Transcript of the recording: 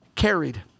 carried